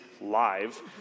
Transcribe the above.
live